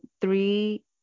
three